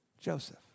Joseph